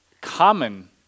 common